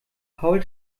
paul